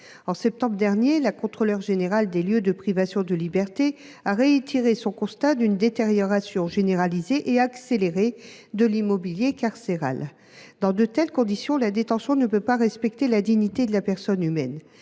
En septembre dernier, la Contrôleure générale des lieux de privation de liberté a réitéré son constat d’une détérioration généralisée et accélérée de l’immobilier carcéral. Dans de telles conditions, la détention ne peut pas respecter la dignité de la personne humaine